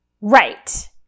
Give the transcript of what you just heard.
Right